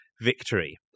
victory